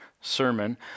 sermon